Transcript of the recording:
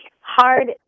hard